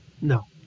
No